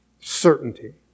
Certainty